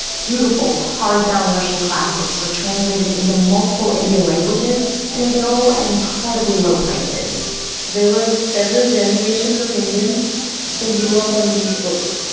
beautiful hardbound russian classics were translated into multiple indian languages and available at incredibly low prices there were several generations of indians who grew up on these books,